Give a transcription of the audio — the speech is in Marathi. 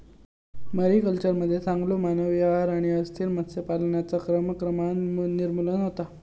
मरीकल्चरमध्ये चांगलो मानवी आहार आणि अस्थिर मत्स्य पालनाचा क्रमाक्रमान निर्मूलन होता